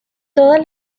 todas